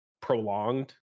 prolonged